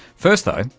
first though,